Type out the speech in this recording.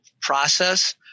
process